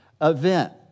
event